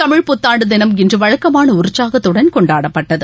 தமிழ் புத்தாண்டுதினம் இன்றுவழக்கமானஉற்சாகத்துடன் ணொண்டாடப்பட்டது